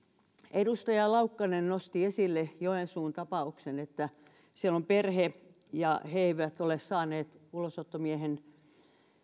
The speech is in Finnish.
edustaja laukkanen nosti esille joensuun tapauksen että siellä on perhe ja he eivät ole saaneet ulosottomiehen